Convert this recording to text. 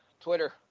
Twitter